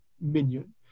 minion